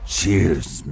Cheers